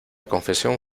confesión